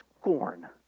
scorn